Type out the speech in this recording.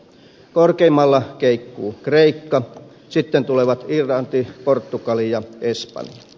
korkeimmalla keikkuu kreikka sitten tulevat irlanti portugali ja espanja